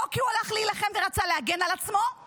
לא כי הוא הלך להילחם ורצה להגן על עצמו,